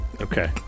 okay